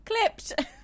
Clipped